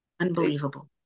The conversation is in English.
unbelievable